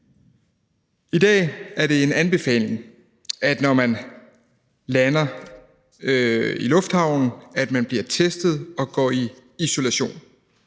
I dag er det en anbefaling, at man, når man lander i lufthavnen, bliver testet og går i isolation.